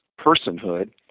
personhood